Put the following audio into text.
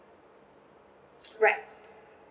right